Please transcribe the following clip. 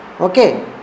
Okay